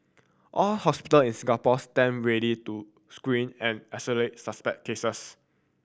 all hospital in Singapore stand ready to screen and isolate suspect cases